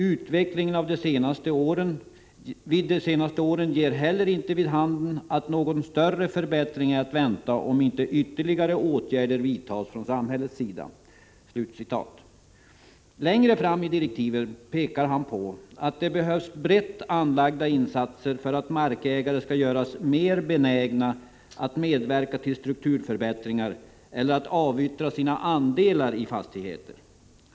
Utvecklingen de senaste åren ger heller inte vid handen att någon större förbättring är att vänta om inte ytterligare åtgärder vidtas från samhällets sida.” Längre fram i direktiven pekar han på att det behövs brett upplagda insatser för att markägare skall göras mer benägna att medverka till strukturförbättringar eller att avyttra sina andelar i fastigheter.